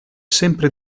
sempre